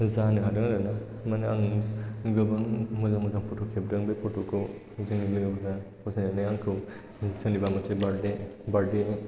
जानो हादों आरोना माने आं गोबां मोजां मोजां फट' खेबदों बे फट' खौ जोंनि लोगोफोरा फसायनानै आंखौ सोरनिबा मोनसे बार्थडे नि